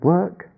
work